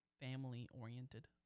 family-oriented